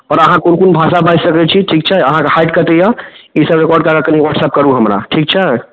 आओर अहाँ कोन कोन भाषा बाजि सकै छी ठीक छै अहाँके हाइट कतेक अइ ईसब रिकार्ड कऽ कऽ कनि व्हाट्सएप करू हमरा ठीक छै